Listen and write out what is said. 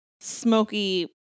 smoky